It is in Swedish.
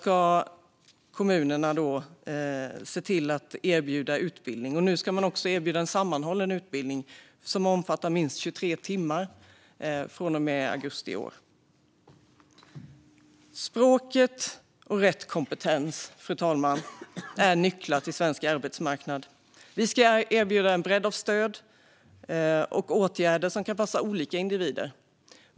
Kommunerna ska från och med den 1 augusti i år erbjuda en sammanhållen utbildning som omfattar minst 23 timmar. Fru talman! Språket och rätt kompetens är nycklar till svensk arbetsmarknad. Vi ska erbjuda en bredd av stöd och åtgärder som kan passa olika individer.